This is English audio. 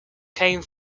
came